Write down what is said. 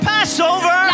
Passover